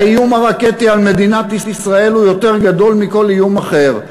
האיום הרקטי על מדינת ישראל הוא יותר גדול מכל איום אחר.